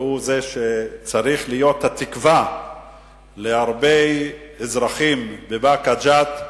והוא זה שצריך להיות התקווה להרבה אזרחים בבאקה ג'ת,